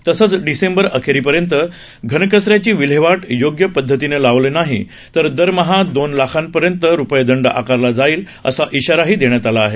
तसंच डिसेंबर अखेरीपर्यंत घनकचऱ्याची विल्हेवाट योग्य पध्दतीनं लावली नाही तर दरमहा दोन लाख रूपये दंड आकारला जाईल असा इशारा दिला आहे